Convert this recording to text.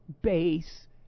base